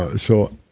ah so